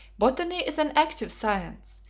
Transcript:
botany is an active science,